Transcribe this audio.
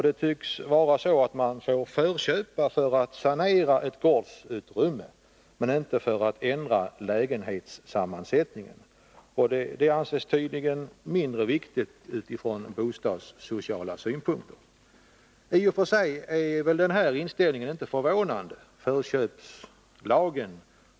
Det tycks vara så, att man får förköpa för att sanera ett gårdsutrymme men inte för att ändra lägenhetssammansättningen — det anses tydligen mindre viktigt från bostadssociala synpunkter. I och för sig är väl den här inställningen inte förvånande.